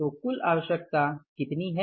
तो कुल आवश्यकता कितनी है